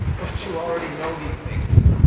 but you already know these things!